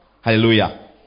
Hallelujah